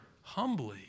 humbly